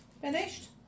Finished